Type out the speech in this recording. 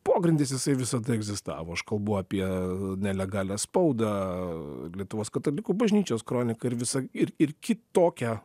pogrindis jisai visada egzistavo aš kalbu apie nelegalią spaudą lietuvos katalikų bažnyčios kroniką ir visą ir ir kitokią